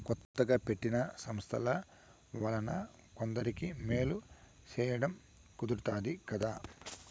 కొత్తగా పెట్టిన సంస్థల వలన కొందరికి మేలు సేయడం కుదురుతాది కదా